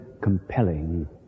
compelling